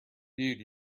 dude